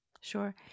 Sure